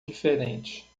diferente